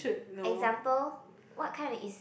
example what kinda is